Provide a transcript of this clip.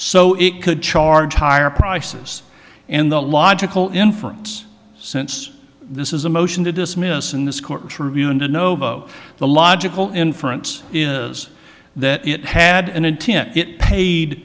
so it could charge higher prices and the logical inference since this is a motion to dismiss in this courtroom and a no vote the logical inference is that it had an intent it paid